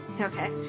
Okay